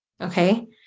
Okay